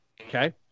okay